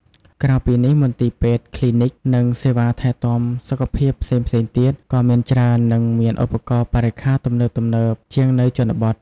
ក្រៅពីនេះ មន្ទីរពេទ្យ គ្លីនិក និងសេវាថែទាំសុខភាពផ្សេងៗទៀត ក៏មានច្រើន និងមានឧបករណ៍បរិក្ខារទំនើបៗជាងនៅជនបទ។